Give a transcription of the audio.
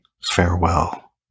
Farewell